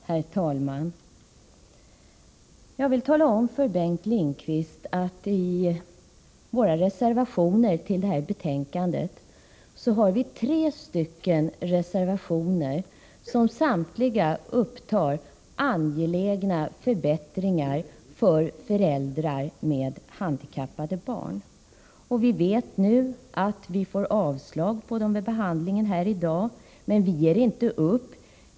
Herr talman! Jag vill tala om för Bengt Lindqvist att bland våra reservationer till detta betänkande har vi tre reservationer som samtliga upptar angelägna förbättringar för föräldrar med handikappade barn. Vi vet nu att vi får avslag på dessa reservationer vid behandlingen här i dag, men vi ger inte upp.